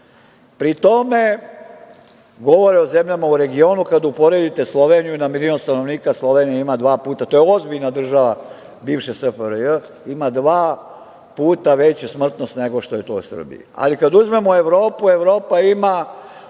Pri tome govore o zemljama u regionu, kada uporedite Sloveniju, na milion stanovnika Slovenija ima dva puta. To je ozbiljna država bivše SFRJ. Ima dva puta veću smrtnost nego što je to u Srbiji. Ali, kada uzmemo Evropu, Evropa ima,